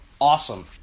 Awesome